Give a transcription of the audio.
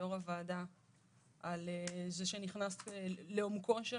ליו"ר הוועדה על כך שנכנסת לעומקו של